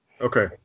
Okay